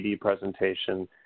presentation